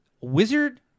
wizard